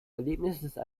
erlebnisse